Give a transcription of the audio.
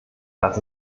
das